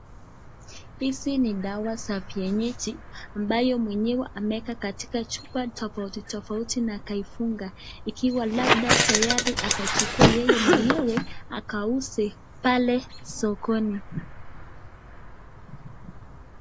Hizi ni dawa za vienyeji, ambayo mwenyewe ameweza kueka katika chupa tofauti tofauti na akaifunga, ikiwa labda tayari akachukue yeye mwenyewe, akause, pale, sokoni.